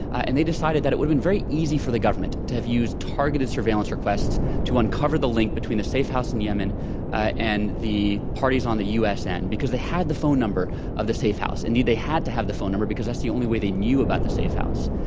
and they decided that it would have been very easy for the government to have used targeted surveillance requests to uncover the link between the safe house in yemen and the parties on the u. s. end because they had the phone number of the safe house. indeed, they had to have the phone number because that's the only way they knew about the safe house.